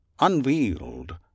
unveiled